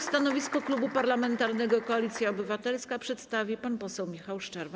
Stanowisko Klubu Parlamentarnego Koalicja Obywatelska przedstawi pan poseł Michał Szczerba.